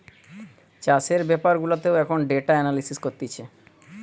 চাষের বেপার গুলাতেও এখন ডেটা এনালিসিস করতিছে